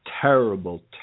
terrible